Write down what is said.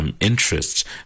interest